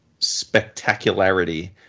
spectacularity